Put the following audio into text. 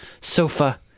sofa